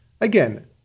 again